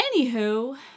Anywho